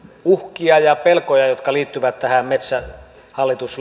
uhkia ja pelkoja jotka liittyvät tähän metsähallitus